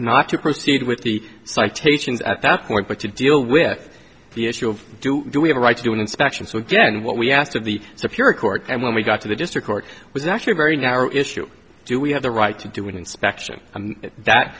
not to proceed with the citations at that point but to deal with the issue of do we have a right to do an inspection so again what we asked of the so if you're in court and when we got to the district court was actually a very narrow issue do we have the right to do an inspection that